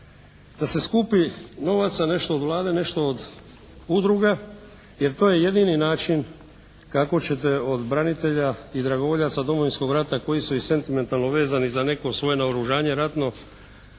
da se skupi novaca nešto od Vlade, nešto od udruga jer to je jedini način kako ćete od branitelja i dragovoljaca Domovinskog rata koji su i sentimentalno vezani za neko svoje naoružanje ratno